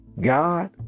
God